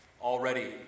already